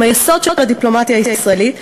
היא היסוד של הדיפלומטיה הישראלית,